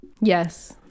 yes